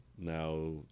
Now